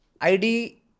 ID